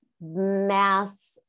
mass